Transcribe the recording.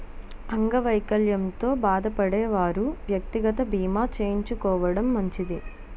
అంగవైకల్యంతో బాధపడే వారు వ్యక్తిగత బీమా చేయించుకోవడం మంచిది